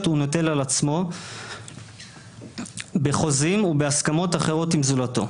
הוא נוטל על עצמו בחוזים ובהסכמות אחרות עם זולתו.